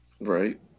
right